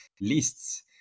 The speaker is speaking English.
lists